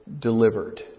delivered